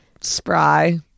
spry